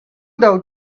doubt